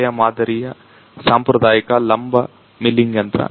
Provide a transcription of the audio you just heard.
ಹಳೆಯ ಮಾದರಿಯ ಸಾಂಪ್ರದಾಯಿಕ ಲಂಬ ಮಿಲ್ಲಿಂಗ್ ಯಂತ್ರ